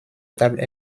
table